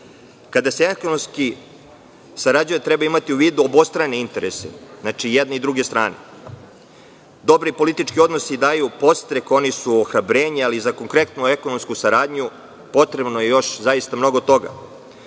Kada se ekonomski sarađuje, treba imati u vidu obostrane interese, i jedne i druge strane. Dobri politički odnosi daju podstrek, oni su ohrabrenje, ali za konkretnu ekonomsku saradnju potrebno je još mnogo toga.